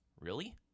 Really